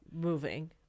moving